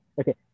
Okay